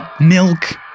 milk